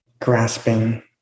grasping